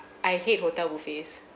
I hate hotel buffets